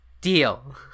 Deal